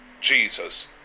Jesus